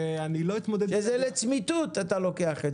וזה לצמיתות אתה לוקח את זה.